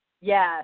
Yes